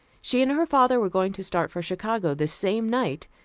she and her father were going to start for chicago the same night,